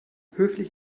höflich